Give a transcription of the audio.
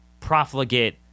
Profligate